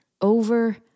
over